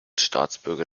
staatsbürger